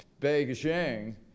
Beijing